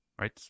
right